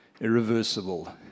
irreversible